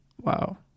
Wow